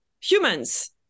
humans